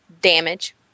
damage